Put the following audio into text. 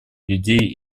людей